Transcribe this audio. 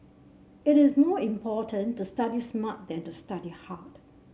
it is more important to study smart than to study hard